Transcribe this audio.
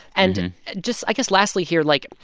and just, i guess, lastly here, like,